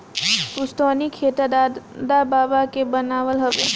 पुस्तैनी खेत दादा बाबा के बनावल हवे